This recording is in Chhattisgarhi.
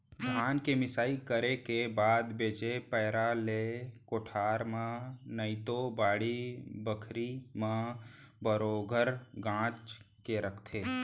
धान के मिंसाई करे के बाद बचे पैरा ले कोठार म नइतो बाड़ी बखरी म बरोगर गांज के रखथें